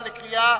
18,